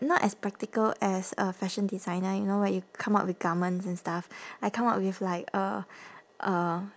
not as practical as a fashion designer you know where you come up with garments and stuff I come up with like uh uh